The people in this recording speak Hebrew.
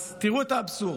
אז תראו את האבסורד: